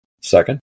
second